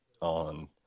on